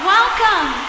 Welcome